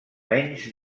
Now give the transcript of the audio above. menys